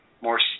more